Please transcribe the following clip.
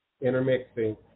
intermixing